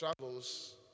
travels